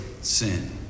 sin